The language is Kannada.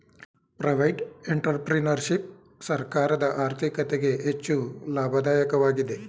ಪ್ರೈವೇಟ್ ಎಂಟರ್ಪ್ರಿನರ್ಶಿಪ್ ಸರ್ಕಾರದ ಆರ್ಥಿಕತೆಗೆ ಹೆಚ್ಚು ಲಾಭದಾಯಕವಾಗಿದೆ